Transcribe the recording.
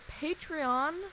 Patreon